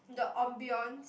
the ambience